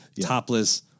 topless